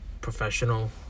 professional